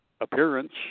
appearance